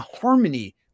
harmony